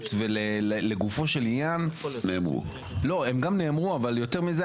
ולגופו של ענין גם נאמרו אבל יותר מזה,